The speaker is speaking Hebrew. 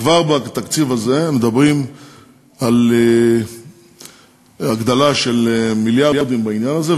כבר בתקציב הזה מדברים על הגדלה של מיליארדים בעניין הזה,